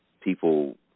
people